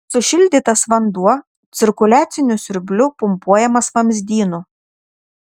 sušildytas vanduo cirkuliaciniu siurbliu pumpuojamas vamzdynu